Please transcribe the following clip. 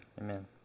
Amen